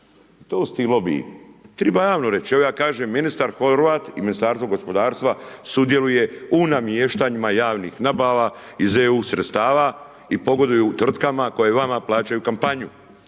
To su ti lobiji, treba javno reći, evo ja kažem, ministar Horvat i Ministarstvo gospodarstva sudjeluje u namještanjima javnih nabava iz EU sredstava i pogoduju tvrtkama koje vama plaćaju kampanju.